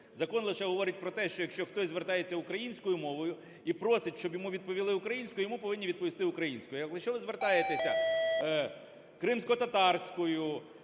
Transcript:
Закон лише говорить про те, що якщо хтось звертається українською мовою і просить, щоб йому відповіли українською, йому повинні відповісти українською. Якщо ви звертаєтеся кримськотатарською